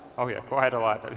oh yeah quite a lot. but